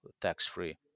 tax-free